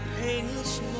painless